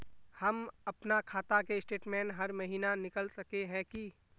हम अपना खाता के स्टेटमेंट हर महीना निकल सके है की?